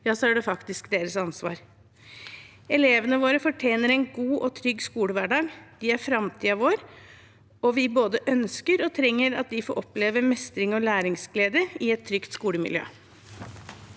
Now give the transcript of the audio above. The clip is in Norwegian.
læring, er det faktisk deres ansvar. Elevene våre fortjener en god og trygg skolehverdag. De er framtiden vår. Vi både ønsker og trenger at de får oppleve mestring og læringsglede i et trygt skolemiljø.